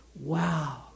Wow